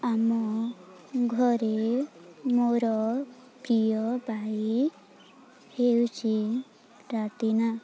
ଆମ ଘରେ ମୋର ପ୍ରିୟ ବାଇକ୍ ହେଉଛି ପ୍ରାଟିନା